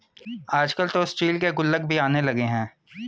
आजकल तो स्टील के गुल्लक भी आने लगे हैं